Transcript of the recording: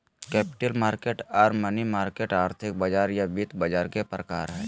capital market or money market आर्थिक बाजार या वित्त बाजार के प्रकार हय